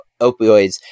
opioids